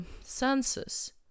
senses